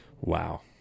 Wow